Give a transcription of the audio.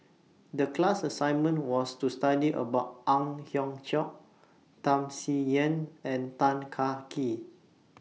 The class assignment was to study about Ang Hiong Chiok Tham Sien Yen and Tan Kah Kee